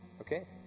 Okay